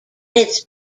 its